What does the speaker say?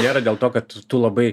nėra dėl to kad tu labai